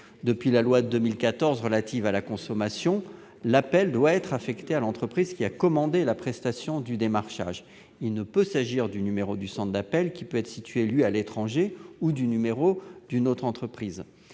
Depuis la loi de 2014 relative à la consommation, l'appel doit être affecté à l'entreprise qui a commandé la prestation de démarchage. Il ne peut s'agir du numéro du centre d'appels, qui peut être situé à l'étranger, ou du numéro d'une autre entreprise.